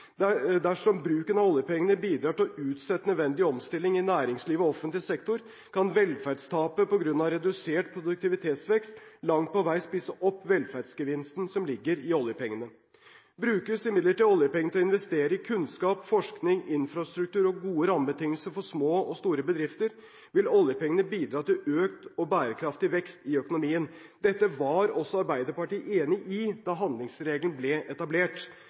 Dersom bruken av oljepengene bidrar til å utsette nødvendig omstilling i næringslivet og offentlig sektor, kan velferdstapet på grunn av redusert produktivitetsvekst langt på vei spise opp velferdsgevinsten som ligger i oljepengene. Brukes imidlertid oljepengene til å investere i kunnskap, forskning, infrastruktur og gode rammebetingelser for små og store bedrifter, vil oljepengene bidra til økt og bærekraftig vekst i økonomien. Dette var også Arbeiderpartiet enig i da handlingsregelen ble etablert.